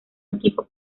equipo